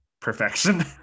perfection